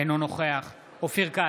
אינו נוכח אופיר כץ,